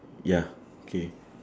ya K